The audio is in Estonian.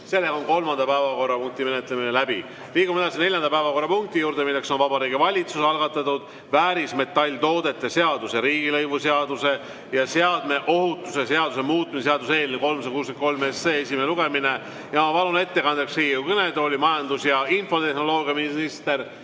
kell 17.15. Kolmanda päevakorrapunkti menetlemine on läbi. Liigume neljanda päevakorrapunkti juurde. See on Vabariigi Valitsuse algatatud väärismetalltoodete seaduse, riigilõivuseaduse ja seadme ohutuse seaduse muutmise seaduse eelnõu 363 esimene lugemine. Ma palun ettekandeks Riigikogu kõnetooli majandus‑ ja infotehnoloogiaminister